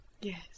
Yes